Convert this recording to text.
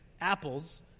apples